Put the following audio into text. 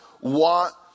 want